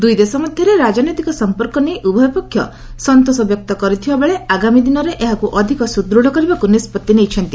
ଦୁଇ ଦେଶ ମଧ୍ୟରେ ରାଜନୈତିକ ସମ୍ପର୍କ ନେଇ ଉଭୟ ପକ୍ଷ ସନ୍ତୋଷ ବ୍ୟକ୍ତ କରିଥିବାବେଳେ ଆଗାମୀ ଦିନରେ ଏହାକୁ ଅଧିକ ସୁଦୃତ୍ କରିବାକୁ ନିଷ୍ପତ୍ତି ନେଇଛନ୍ତି